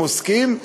עם עוסקים,